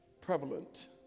prevalent